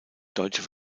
deutsche